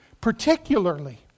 particularly